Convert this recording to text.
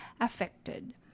affected